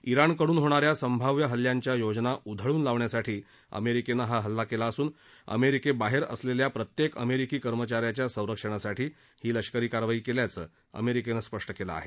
Iran कडून होणाऱ्या संभाव्य हल्ल्यांच्या योजना उधळून लावण्यासाठी अमेरिकनं हा हल्ला केला असून अमेरिकेबाहेर असलेल्या प्रत्येक अमेरिकी कर्मचाऱ्याच्या संरक्षणासाठी ही लष्करी कारवाई केल्याचं अमेरिकेनं स्पष्ट केलं आहे